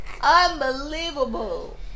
Unbelievable